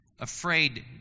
afraid